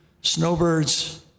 snowbirds